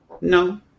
no